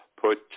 put